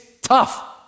tough